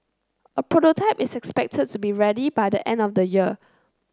a prototype is expected to be ready by the end of the year